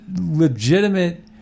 legitimate